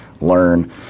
learn